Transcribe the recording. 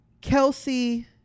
Kelsey